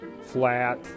flat